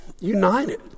United